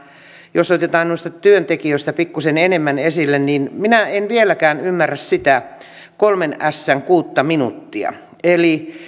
jos otetaan noista työntekijöistä pikkusen enemmän esille niin minä en vieläkään ymmärrä sitä kolmen ässän kuutta minuuttia eli